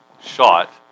shot